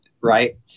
right